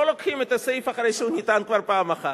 לא לוקחים את הסעיף אחרי שהוא ניתן כבר פעם אחת,